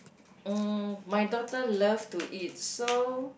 mm my daughter love to eat so